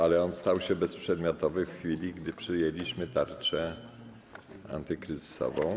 Ale on stał się bezprzedmiotowy w chwili, gdy przyjęliśmy tarczę antykryzysową.